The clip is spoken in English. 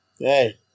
hey